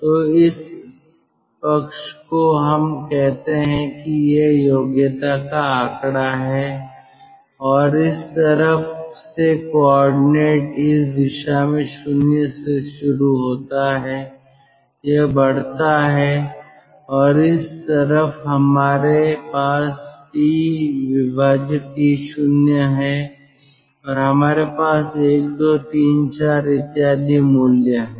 तो इस पक्ष को हम कहते हैं कि यह योग्यता का आंकड़ा है और इस तरफ से कोऑर्डिनेट इस दिशा में 0 से शुरू होता है यह बढ़ता है और इस तरफ हमारे पास T T0 है और हमारे पास 1 2 3 4 इत्यादि मूल्य है